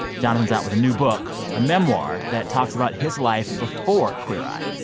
jonathan's out with a new book, a memoir that talks about his life before queer eye,